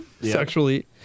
sexually